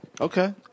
Okay